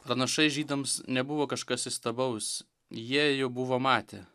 pranašai žydams nebuvo kažkas įstabaus jie jau buvo matę